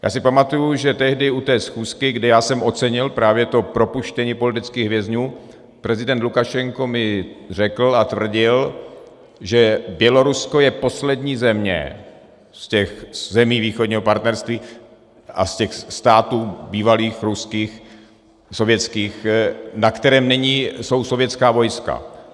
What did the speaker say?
Já si pamatuji, že tehdy u té schůzky, kde já jsem ocenil právě to propuštění politických vězňů, mi prezident Lukašenko řekl a tvrdil, že Bělorusko je poslední země z těch zemí Východního partnerství a z těch států bývalých ruských, sovětských, ve kterém nejsou sovětská vojska.